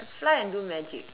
fly and do magic